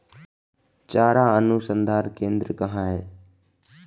चारा अनुसंधान केंद्र कहाँ है?